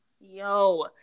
yo